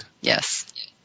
Yes